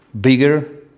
bigger